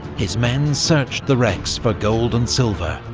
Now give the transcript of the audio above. his men searched the wrecks for gold and silver,